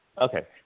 Okay